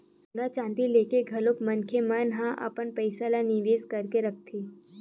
सोना चांदी लेके घलो मनखे मन ह अपन पइसा ल निवेस करके रखथे